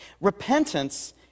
Repentance